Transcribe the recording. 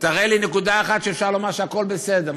תראה לי נקודה אחת שאפשר לומר עליה שהכול בסדר,